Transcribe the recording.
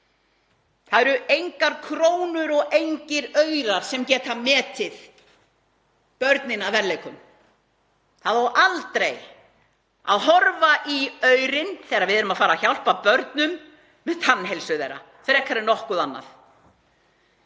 Það eru engar krónur og engir aurar sem geta metið börnin að verðleikum. Það á aldrei að horfa í aurinn þegar við erum að fara að hjálpa börnum með tannheilsu þeirra frekar en nokkuð annað.